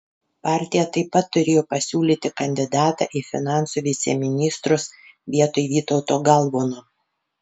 partija taip pat turėjo pasiūlyti kandidatą į finansų viceministrus vietoj vytauto galvono